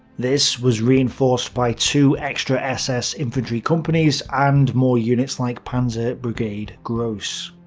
this was reinforced by two extra ss infantry companies, and more units like panzer brigade gross.